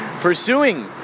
pursuing